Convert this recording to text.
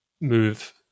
move